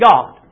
God